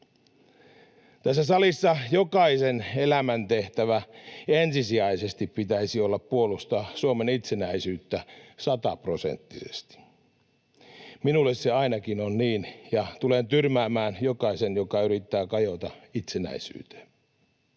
Tässä salissa jokaisen elämäntehtävän pitäisi ensisijaisesti olla puolustaa Suomen itsenäisyyttä sataprosenttisesti. Minulle se ainakin on niin, ja tulen tyrmäämään jokaisen, joka yrittää kajota itsenäisyyteen.